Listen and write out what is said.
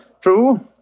True